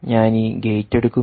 ഞാൻ ഈ ഗേറ്റ് എടുക്കുന്നു